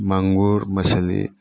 माङ्गुर मछली